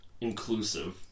inclusive